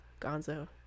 gonzo